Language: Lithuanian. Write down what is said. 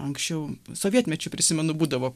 anksčiau sovietmečiu prisimenu būdavo